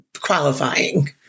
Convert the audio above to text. qualifying